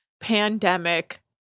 pandemic